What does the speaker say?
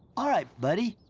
alright, buddy.